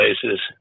places